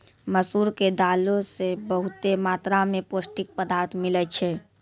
मसूर के दालो से बहुते मात्रा मे पौष्टिक पदार्थ मिलै छै